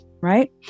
right